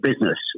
business